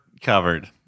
covered